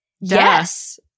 Yes